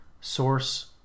source